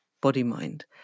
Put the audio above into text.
body-mind